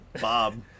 Bob